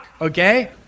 okay